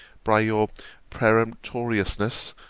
by your peremptoriness,